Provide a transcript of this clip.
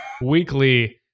weekly